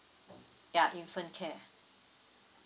yeah infant care